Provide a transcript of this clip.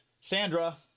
Sandra